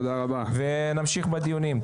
ונמשיך בדיונים.